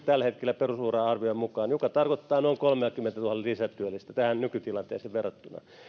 tällä hetkellä perusura arvion mukaan seitsemänkymmentäkolme pilkku yksi mikä tarkoittaa noin kolmeakymmentätuhatta lisätyöllistä nykytilanteeseen verrattuna